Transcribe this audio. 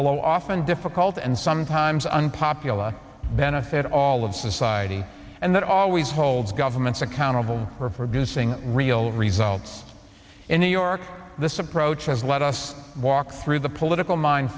low often difficult and sometimes unpopular benefit all of society and that always holds governments accountable for producing real results in new york this approach has let us walk through the political min